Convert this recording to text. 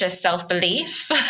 self-belief